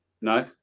No